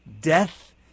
death